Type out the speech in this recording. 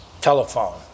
telephone